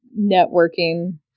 networking